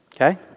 okay